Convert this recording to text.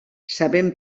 sabent